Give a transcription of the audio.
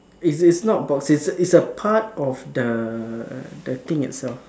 is is not box is a is a part of the thing itself